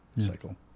cycle